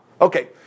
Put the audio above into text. Okay